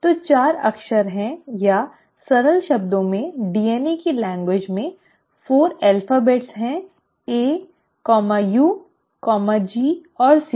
तो 4 अक्षर हैं या सरल शब्दों में डीएनए की भाषा में 4 अक्षर हैं A U G और C